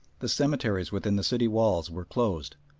the cemeteries within the city walls were closed,